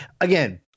again